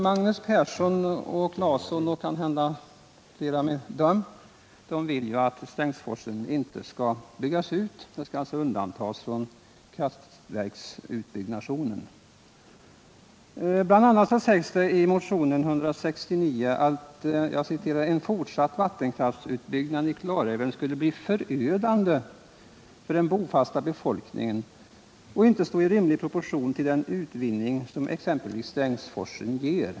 Magnus Persson, Tore Claeson och kanhända flera med dem vill ju att Strängsforsen inte skall byggas ut — den skall alltså undantas från kraftverksutbyggnaden. BI. a. sägs i motionen nr 169 att ”en fortsatt vattenkraftsutbyggnad i Klarälven är förödande för den bofasta befolkningen och inte står i rimlig proportion till den utvinning som exempelvis Strängsforsen ger”.